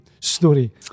story